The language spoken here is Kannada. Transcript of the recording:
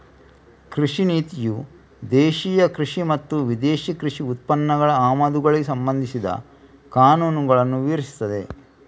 ಕೃಷಿ ನೀತಿಯು ದೇಶೀಯ ಕೃಷಿ ಮತ್ತು ವಿದೇಶಿ ಕೃಷಿ ಉತ್ಪನ್ನಗಳ ಆಮದುಗಳಿಗೆ ಸಂಬಂಧಿಸಿದ ಕಾನೂನುಗಳನ್ನ ವಿವರಿಸ್ತದೆ